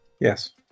Yes